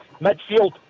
Midfield